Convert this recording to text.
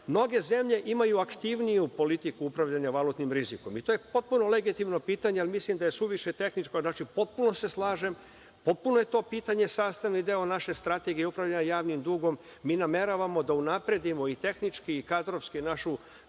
mnoge zemlje imaju aktivniju politiku upravljanja valutnim rizikom i to je potpuno legitimno pitanje, jer mislim da je suviše tehničko. Znači, potpuno se slažem, potpuno je to pitanje sastavni deo naše strategije i upravljanje javnim dugom. Mi nameravamo da unapredimo i tehnički i kadrovski našu